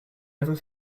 never